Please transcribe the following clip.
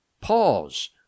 Pause